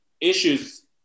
issues